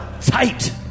Tight